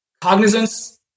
Cognizance